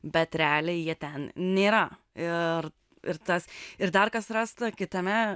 bet realiai jie ten nėra ir ir tas ir dar kas rasta kitame